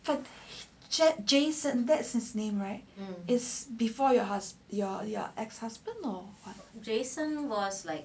jason that's his name right is before your husband your your ex husband